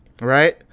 Right